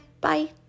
Bye